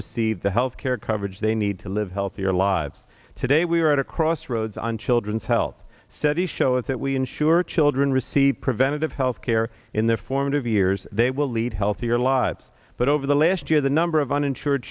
receive the health care coverage they need to live healthier lives today we are at a crossroads on children's health studies show that we ensure children receive preventative health care in their formative years they will lead healthier lives but over the last year the number of uninsured